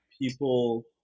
people